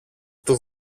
του